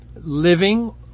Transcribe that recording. living